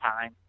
time